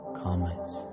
comets